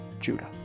Judah